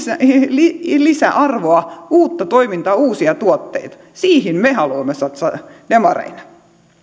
lisäarvoa uutta toimintaa uusia tuotteita siihen me haluamme satsata demareina